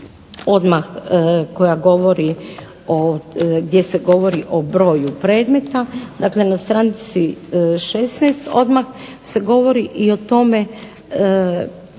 odmah gdje se govori o broju predmeta, dakle na stranici 16 odmah se govori i o tome kako